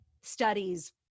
studies